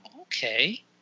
Okay